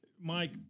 Mike